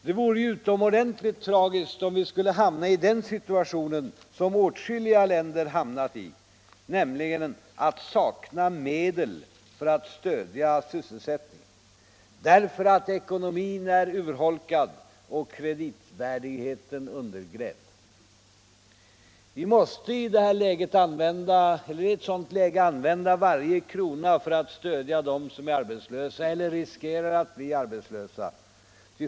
Det vore ju utomordentligt tragiskt om vi skulle hamna i den situationen som åtskilliga länder hamnat i — nämligen att sakna medel för att stödja sysselsättningen, därför att ekonomin är urholkad och kreditvärdigheten undergrävd. Vi måste i ett sådant läge använda varje krona för att stödja dem som är arbetslösa eller riskerar att bli arbetslösa.